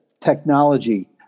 technology